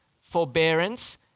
forbearance